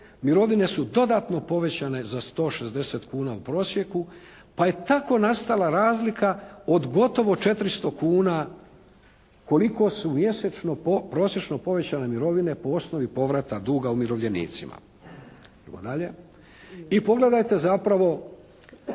mirovine su dodatno povećane za 160,00 kuna u prosjeku pa je tako nastala razlika od gotovo 400,00 kuna koliko su mjesečno prosječno povećane mirovine po osnovi povrata duga umirovljenicima. I pogledajte zapravo